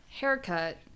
haircut